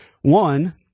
one